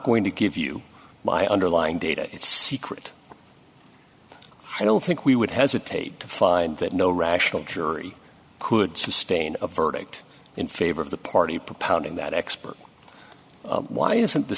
going to give you my underlying data secret i don't think we would hesitate to find that no rational jury could sustain a verdict in favor of the party propounding that expert why isn't the